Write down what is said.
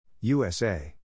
USA